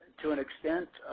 to an extent,